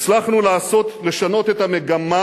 הצלחנו לשנות את המגמה,